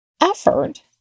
Effort